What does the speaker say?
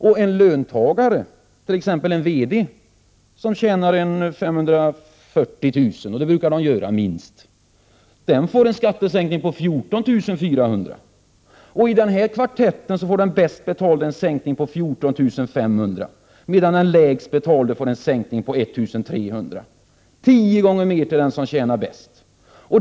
och — att en löntagare, t.ex. en VD, som tjänar ca 540 000 kr. — det brukar de göra, minst — får en skattesänkning på 14 400 kr. I denna kvartett får den bäst betalde en sänkning på ca 14 500 kr., medan den lägst betalde får en sänkning på ca 1 300 kr. Det blir tio gånger mer till den som tjänar bäst.